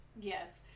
Yes